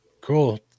Cool